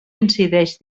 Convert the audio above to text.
incideix